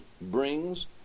brings